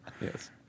Yes